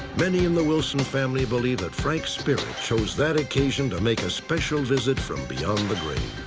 many in the wilson family believe that frank's spirit chose that occasion to make a special visit from beyond the grave.